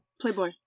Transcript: playboy